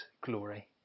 glory